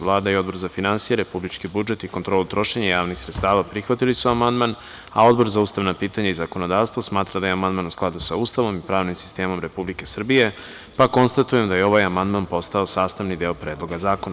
Vlada i Odbor za finansije, republički budžet i kontrolu trošenja javnih sredstava prihvatili su amandman, a Odbor za ustavna pitanja i zakonodavstvo smatra da je amandman u skladu sa Ustavom i pravnim sistemom Republike Srbije, pa konstatujem da je ovaj amandman postao sastavni deo Predloga zakona.